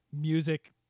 music